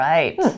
Right